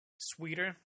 sweeter